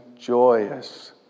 joyous